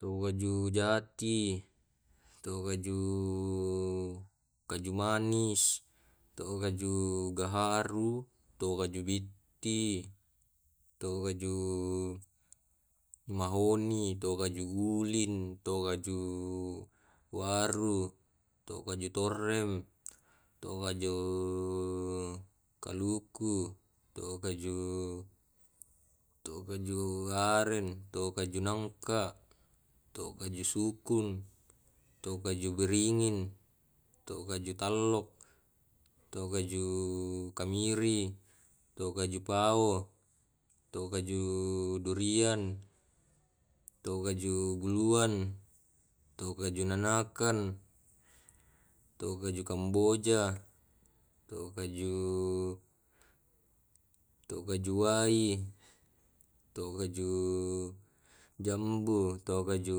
Tu aju jati, tu kaju kaju manis, to kaju gaharu, to kaju bitti, to kaju mahoni, to kaju ulin, to kaju waru, to kaju torrem, to kaju kaluku, to kaju to kaju aren, to kaju nangka, to kaju sukung, to kaju beringin, to kaju tallok, to kaju kamiri, to kaju pao, to kaju durian, to kaju guluan, to kaju nanakan, to kaju kamboja, to kaju to kaju wai, to kaju jambu, to kaju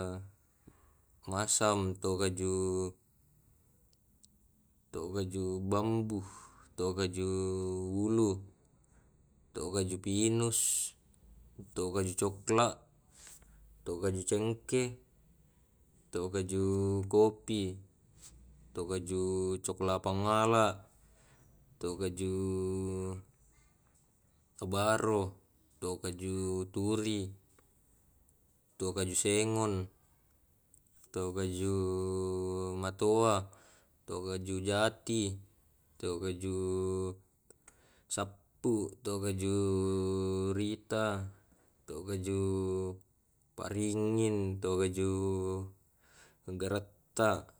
masam, to kaju to kaju bambuh, to kaju wulu, to kaju pinus, to kaju cokla, tu kaju cengkeh, to kaju kopi, to kaju coklat pangala, to kaju tobaro, to kaju turi, to kaju sengon, to kaju matua, to kaju jati, to kaju sappu, to kaju rita, to kaju paringin, to kaju garatta.